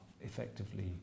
effectively